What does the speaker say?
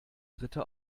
dritte